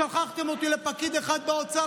שלחתם אותי לפקיד אחד באוצר,